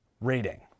Rating